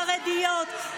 חרדיות,